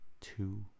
two